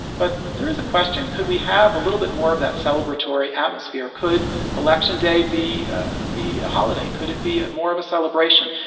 but there is a question. could we have a little bit more of that celebratory atmosphere? could election day be be a holiday? could it be more of a celebration?